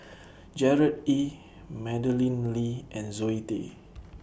Gerard Ee Madeleine Lee and Zoe Tay